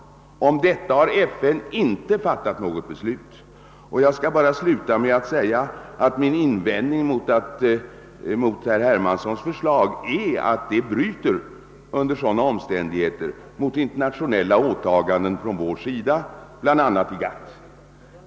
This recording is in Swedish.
Om detta har FN inte fattat något beslut. Min invändning mot herr Hermanssons förslag är att det bryter mot internationella åtaganden från vår sida, bl.a. gentemot GATT.